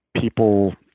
people